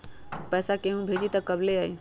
पैसा केहु भेजी त कब ले आई?